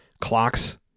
clocks